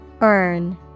Earn